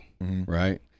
right